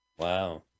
Wow